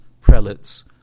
prelates